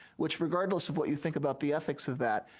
which regardless of what you think about the ethics of that,